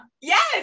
Yes